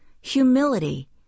humility